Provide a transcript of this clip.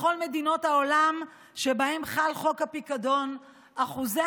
בכל מדינות העולם שבהן חל חוק הפיקדון אחוזי